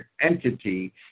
entity